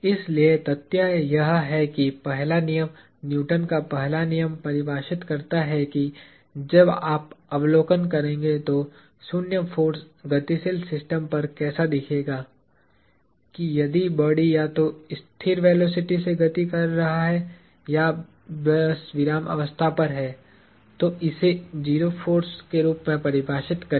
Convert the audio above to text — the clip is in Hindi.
इसलिए तथ्य यह है कि पहला नियम न्यूटन का पहला नियम परिभाषित करता है कि जब आप अवलोकन करेंगे तो शून्य फोर्स गतिशील सिस्टम पर कैसा दिखेगा कि यदि बॉडी या तो स्थिर वेलोसिटी से गति कर रहा है या बस विरामावस्था पर है तो इसे 0 फोर्स के रूप में परिभाषित करें